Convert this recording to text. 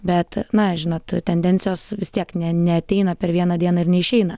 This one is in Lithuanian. bet na žinot tendencijos vis tiek ne neateina per vieną dieną ir neišeina